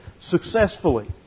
successfully